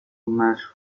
match